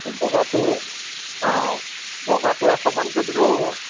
বগাটো অঁ বগাটো এশমানকে দিলেও হ'ব